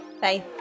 Bye